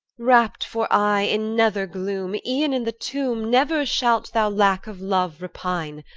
wrapt for aye in nether gloom, e'en in the tomb never shalt thou lack of love repine,